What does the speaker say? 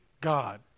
God